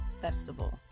festival